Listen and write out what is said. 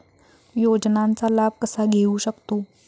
योजनांचा लाभ कसा घेऊ शकतू?